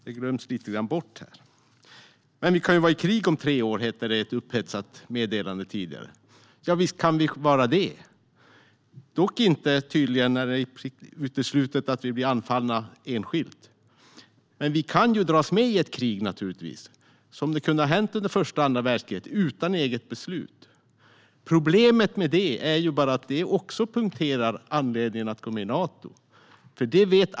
Det glöms bort. Vi kan vara i krig om tre år, hette det i ett upphetsat meddelande tidigare. Visst kan vi vara det. Dock är det tydligen uteslutet att Sverige blir anfallet enskilt. Men Sverige kan naturligtvis dras med i ett krig, precis som kunde ha hänt under första eller andra världskriget, utan eget beslut. Men problemet med detta är att det punkterar anledningen att gå med i Nato.